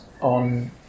on